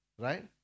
right